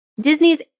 Disney's